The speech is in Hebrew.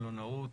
מלונאות,